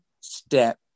step